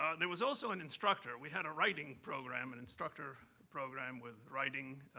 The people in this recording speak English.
ah there was also an instructor. we had a writing program, an instructor program with writing,